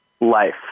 life